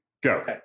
go